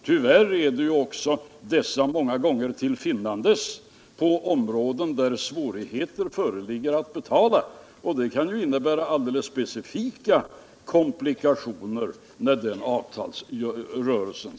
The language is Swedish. Tyvärr är dessa många gånger till finnandes på områden där svårigheter föreligger att betala, och det kan medföra specifika komplikationer i avtalsrörelsen.